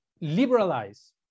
liberalize